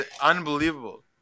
Unbelievable